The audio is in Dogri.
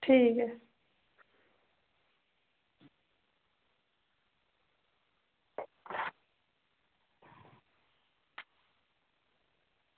ठीक ऐ